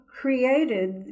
created